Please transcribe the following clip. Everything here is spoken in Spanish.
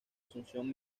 asunción